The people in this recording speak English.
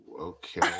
okay